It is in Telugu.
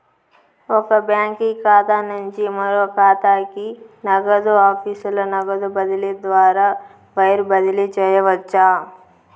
ఒక బాంకీ ఖాతా నుంచి మరో కాతాకి, నగదు ఆఫీసుల నగదు బదిలీ ద్వారా వైర్ బదిలీ చేయవచ్చు